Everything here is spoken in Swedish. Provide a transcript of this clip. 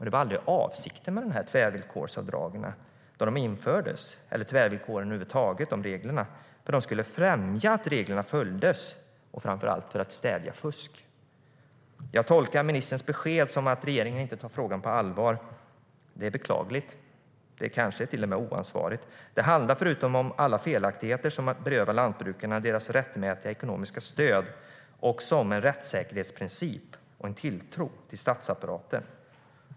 Det var aldrig avsikten med dessa tvärvillkorsavdrag, eller reglerna för tvärvillkoren över huvud taget, när de infördes. De skulle främja att reglerna följdes och framför allt att fusk stävjades. Jag tolkar ministerns besked som att regeringen inte tar frågan på allvar. Det är beklagligt. Det är kanske till och med oansvarigt. Förutom alla felaktigheter, som att beröva lantbrukarna deras rättmätiga ekonomiska stöd, handlar det om en rättssäkerhetsprincip och en tilltro till statsapparaten.